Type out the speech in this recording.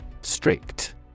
Strict